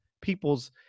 people's